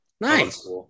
Nice